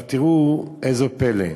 עכשיו תראו זה פלא: